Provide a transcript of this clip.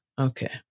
Okay